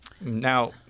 Now